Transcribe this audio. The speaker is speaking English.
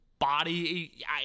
body